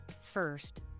first